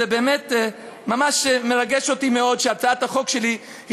זה באמת מרגש אותי מאוד שהצעת החוק שלי היא